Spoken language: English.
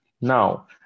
Now